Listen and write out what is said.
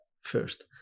first